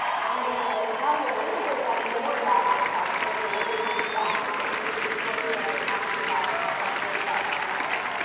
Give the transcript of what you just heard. i'm going to tell you a little bit about more about myself, sort of the little fun fact, which i think is important when we're talking about a complex area about genomics.